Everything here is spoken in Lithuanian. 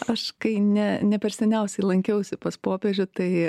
aš kai ne ne per seniausiai lankiausi pas popiežių tai